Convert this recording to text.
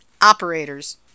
operators